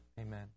Amen